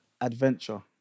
adventure